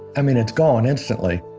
i mean it's gone instantly,